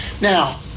Now